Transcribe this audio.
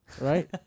right